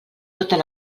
totes